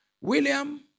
William